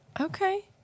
Okay